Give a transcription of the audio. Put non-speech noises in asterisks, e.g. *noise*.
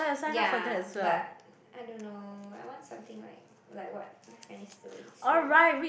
ya but I don't know I want something like like what my friend is doing so *noise*